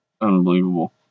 Unbelievable